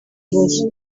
kibazo